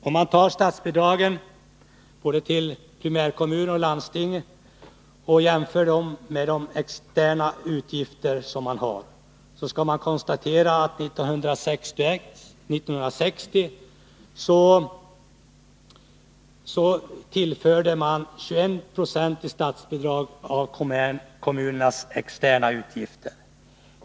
Om man jämför statsbidragen till både primärkommuner och landsting med de externa utgifterna kan man konstatera, att kommunerna år 1960 tillfördes 21 76 av sina externa utgifter i statsbidrag.